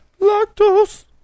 lactose